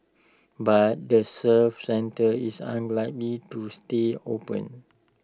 but the service centre is unlikely to stay open